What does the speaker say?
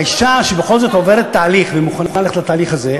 האישה שבכל זאת עוברת את התהליך ומוכנה ללכת לתהליך הזה,